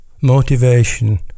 Motivation